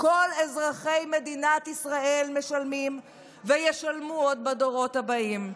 כל אזרחי מדינת ישראל משלמים וישלמו עוד בדורות הבאים.